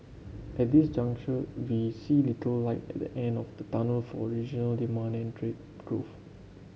at this juncture we see little light at the end of the tunnel for regional demand and trade growth